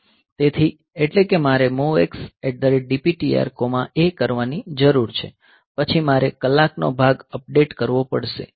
તેથી એટલે કે મારે MOVX DPTRA કરવાની જરૂર છે પછી મારે કલાકનો ભાગ અપડેટ કરવો પડશે